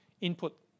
input